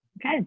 Okay